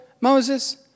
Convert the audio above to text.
Moses